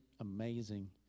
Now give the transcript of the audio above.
amazing